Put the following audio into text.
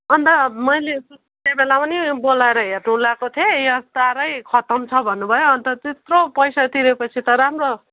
अन्त मैले सुत्ने बेलामा पनि बोलाएर हेर्नु लगाएको थिएँ यो तारै खतम छ भन्नुभयो अन्त त्यत्रो पैसा तिरेपछि त राम्रो